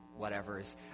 whatevers